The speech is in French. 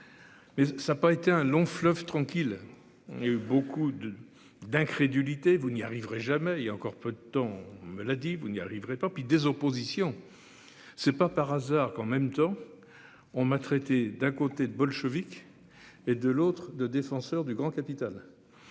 Mais ça a pas été un long fleuve tranquille. Il y a eu beaucoup de d'incrédulité. Vous n'y arriverez jamais il y a encore peu de temps, on me l'a dit, vous n'y arriverez pas, puis des oppositions. C'est pas par hasard qu'en même temps. On m'a traité d'un côté de bolcheviks et de l'autre de défenseurs du grand capital.